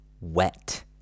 wet